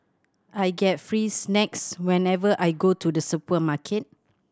I get free snacks whenever I go to the supermarket